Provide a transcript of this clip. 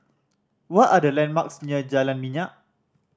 what are the landmarks near Jalan Minyak